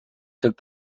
took